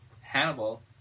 Hannibal